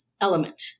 element